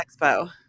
Expo